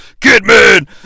Kidman